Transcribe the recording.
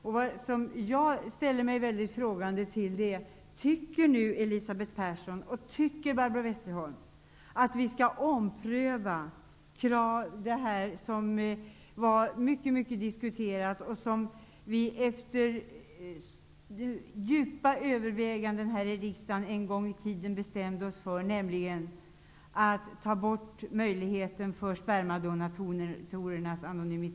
Det som jag ställer mig mycket frågande till är: Tycker Elisabeth Persson och Barbro Westerholm att vi skall ompröva det som diskuterades omgående och som vi efter djupa överväganden här i riksdagen en gång i tiden bestämde oss för, nämligen att ta bort möjligheten för spermadonatorer att vara anonyma?